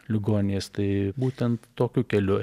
ligoniais tai būtent tokiu keliu